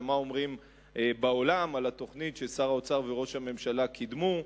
ומה אומרים בעולם על התוכנית ששר האוצר וראש הממשלה קידמו.